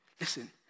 Listen